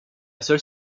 seule